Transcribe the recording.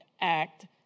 act